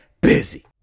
busy